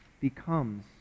becomes